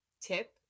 tip